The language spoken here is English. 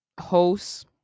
hosts